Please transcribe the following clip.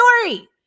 story